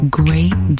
great